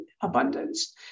abundance